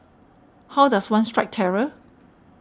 how does one strike terror